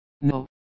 No